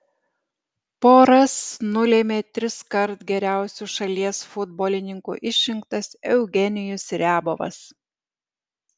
poras nulėmė triskart geriausiu šalies futbolininku išrinktas eugenijus riabovas